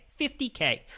50k